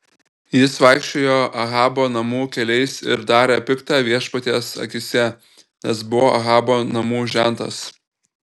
jis vaikščiojo ahabo namų keliais ir darė pikta viešpaties akyse nes buvo ahabo namų žentas